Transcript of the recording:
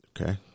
okay